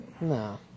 No